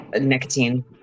nicotine